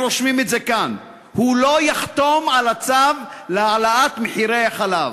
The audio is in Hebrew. אנחנו רושמים את זה כאן: הוא לא יחתום על הצו להעלאת מחירי החלב.